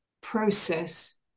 process